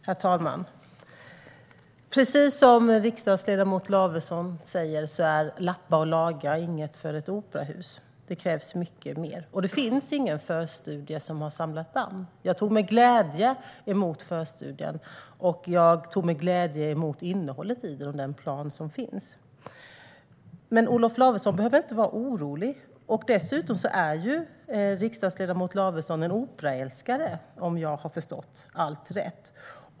Herr talman! Precis som riksdagsledamot Lavesson säger är lappa och laga ingenting för ett operahus. Det krävs mycket mer. Det finns ingen förstudie som har samlat damm. Jag tog med glädje emot förstudien, innehållet i den och den plan som finns. Olof Lavesson behöver inte vara orolig. Riksdagsledamoten är dessutom en operaälskare, om jag har förstått allt rätt.